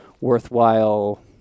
worthwhile